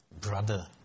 brother